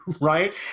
Right